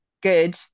good